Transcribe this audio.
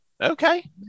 Okay